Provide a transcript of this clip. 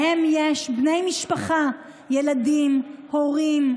יש להם בני משפחה, ילדים, הורים,